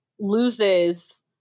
loses